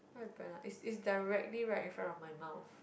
what happen ah is is directly right in front of my mouth